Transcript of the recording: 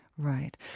Right